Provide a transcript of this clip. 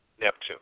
Neptune